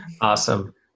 awesome